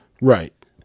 right